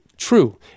True